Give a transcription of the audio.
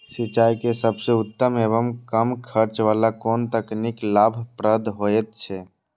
सिंचाई के सबसे उत्तम एवं कम खर्च वाला कोन तकनीक लाभप्रद होयत छै?